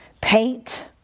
paint